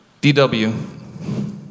DW